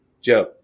Joe